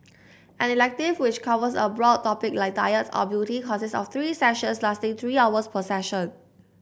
an elective which covers a broad topic like diet or beauty consists of three sessions lasting three hours per session